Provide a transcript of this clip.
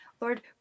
Lord